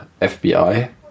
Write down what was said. FBI